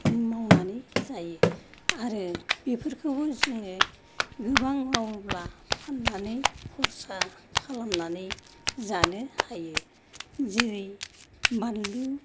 मावनानै जायो आरो बेफोरखौबो जोङो गोबां मावोब्ला फाननानै खरसा खालामनानै जानो हायो जेरै बानलु